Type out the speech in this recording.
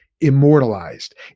immortalized